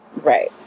Right